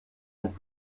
den